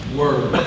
word